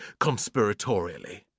conspiratorially